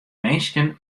minsken